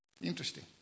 Interesting